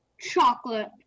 Chocolate